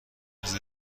روز